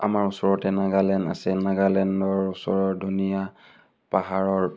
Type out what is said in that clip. আমাৰ ওচৰতে নাগালেণ্ড আছে নাগালেণ্ডৰ ওচৰৰ ধুনীয়া পাহাৰৰ